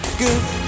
good